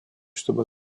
чтобы